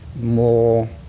more